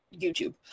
YouTube